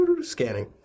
scanning